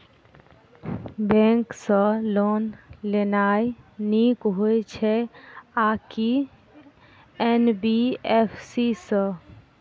Bank सँ loan लेनाय नीक होइ छै आ की एन.बी.एफ.सी सँ?